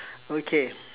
okay